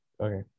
Okay